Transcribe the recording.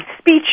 speech